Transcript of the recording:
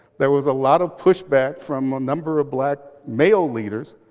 there was a lot of pushback from a number of black male leaders,